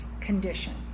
condition